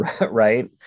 right